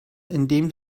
indem